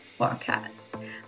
podcast